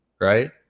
right